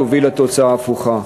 תוביל לתוצאה הפוכה,